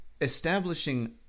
establishing